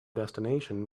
destination